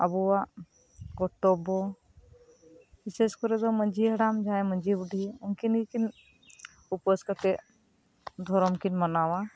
ᱟᱵᱚᱣᱟᱜ ᱠᱚᱨᱛᱚᱵᱽᱵᱚ ᱵᱤᱥᱮᱥ ᱠᱚᱨᱮ ᱫᱚ ᱢᱟᱡᱷᱤ ᱦᱟᱲᱟᱢ ᱡᱟᱦᱟᱸᱭ ᱢᱟᱡᱷᱤ ᱵᱩᱰᱦᱤ ᱩᱱᱠᱤᱱ ᱜᱮᱠᱤᱱ ᱩᱯᱟᱹᱥ ᱠᱟᱛᱮᱫ ᱫᱷᱚᱨᱚᱢ ᱠᱤᱱ ᱢᱟᱱᱟᱣᱟ